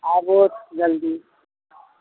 आबथु जल्दी